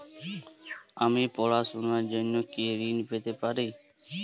আমি পড়াশুনার জন্য কি ঋন পেতে পারি?